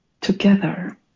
together